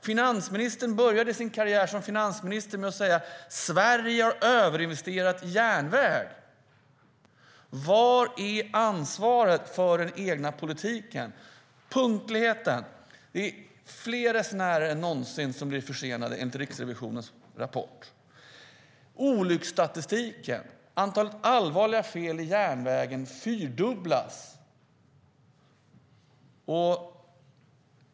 Finansministern började sin karriär som finansminister med att säga att Sverige har överinvesterat i järnväg. Var är ansvaret för den egna politiken? När det gäller punktligheten är det fler resenärer än någonsin som blir försenade, enligt Riksrevisionens rapport. Beträffande olycksstatistiken har antalet allvarliga fel inom järnvägen fyrdubblats.